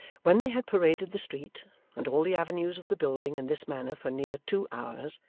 when they had paraded the street and all the avenues of the building in this manner for near two hours,